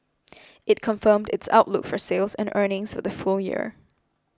it confirmed its outlook for sales and earnings for the full year